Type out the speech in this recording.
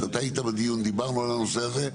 אתה היית בדיון, דיברנו על הנושא הזה.